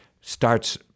starts